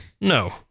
No